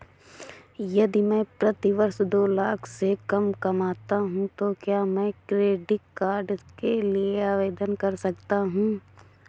यदि मैं प्रति वर्ष दो लाख से कम कमाता हूँ तो क्या मैं क्रेडिट कार्ड के लिए आवेदन कर सकता हूँ?